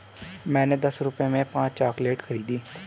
मैंने दस रुपए में पांच चॉकलेट खरीदी